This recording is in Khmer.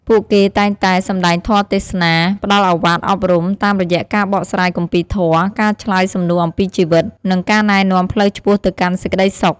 ពួកគេតែងតែ សម្ដែងធម៌ទេសនា ផ្ដល់ឱវាទអប់រំ តាមរយៈការបកស្រាយគម្ពីរធម៌ ការឆ្លើយសំណួរអំពីជីវិត និងការណែនាំផ្លូវឆ្ពោះទៅកាន់សេចក្ដីសុខ។